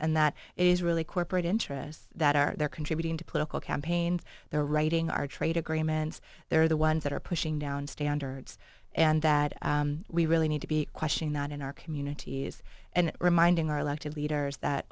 and that is really corporate interests that are they're contributing to political campaigns they're writing our trade agreements they're the ones that are pushing down standards and that we really need to be questioned not in our communities and reminding our elected leaders that